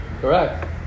Correct